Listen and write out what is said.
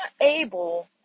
able